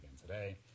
today